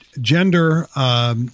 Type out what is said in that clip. gender